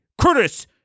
Curtis